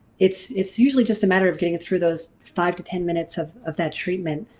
it's it's usually just a matter of getting it through those five to ten minutes of of that treatment.